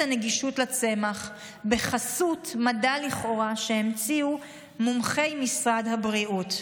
הנגישות לצמח בחסות מדע לכאורה שהמציאו מומחי משרד הבריאות,